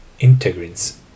Integrins